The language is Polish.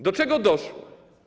Do czego doszło?